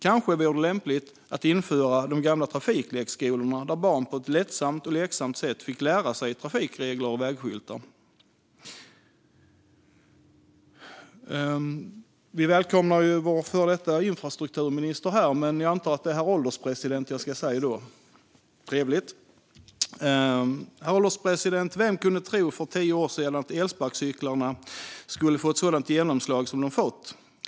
Kanske vore det lämpligt att återinföra de gamla trafiklekskolorna, där barn på ett lättsamt och lekfullt sätt fick lära sig trafikregler och vägskyltar. Jag välkomnar för övrigt att det är vår före detta infrastrukturminister som just nu sitter som ålderspresident i kammaren - trevligt! Herr ålderspresident! Vem kunde för tio år sedan tro att elsparkcyklarna skulle få ett sådant genomslag som de har fått?